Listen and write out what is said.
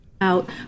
...out